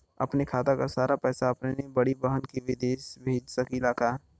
अपने खाते क सारा पैसा अपने बड़ी बहिन के विदेश भेज सकीला का?